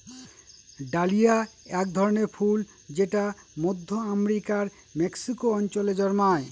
dahlia এক ধরনের ফুল যেটা মধ্য আমেরিকার মেক্সিকো অঞ্চলে জন্মায়